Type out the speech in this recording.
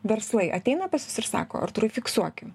verslai ateina pas jus ir sako artūrai fiksuokim